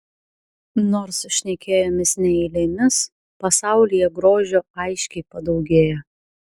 nors šnekėjomės ne eilėmis pasaulyje grožio aiškiai padaugėjo